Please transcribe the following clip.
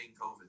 COVID